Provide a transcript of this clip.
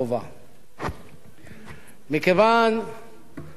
מכיוון שאנחנו נעמוד כאן ונעשה ניתוח